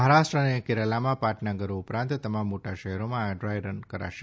મહારાષ્ટ્ર અને કેરાલામાં પાટનગરો ઉપરાંત તમામ મોટા શહેરોમાં આ ડ્રાય રન કરાશે